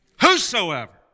whosoever